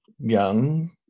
young